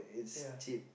ya